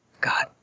God